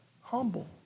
Humble